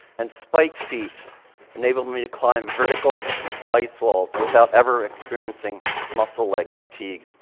and spiked feet enabled me to climb vertical ice walls, without ever experiencing muscle leg fatigue.